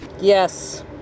Yes